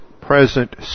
present